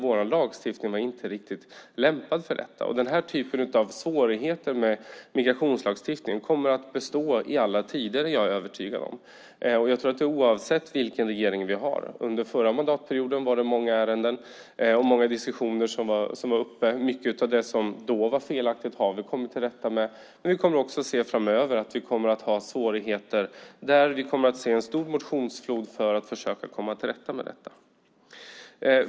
Vår lagstiftning var inte riktigt lämpad för detta. Jag är övertygad om att denna typ av svårigheter med migrationslagstiftningen kommer att bestå i alla tider, oavsett vilken regering vi har. Under den förra mandatperioden var det många ärenden och många diskussioner. Mycket av det som då var felaktigt har vi kommit till rätta med. Men vi kommer också framöver att se att vi kommer att ha svårigheter, och vi kommer att se en stor motionsflod för att försöka komma till rätta med detta.